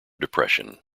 depression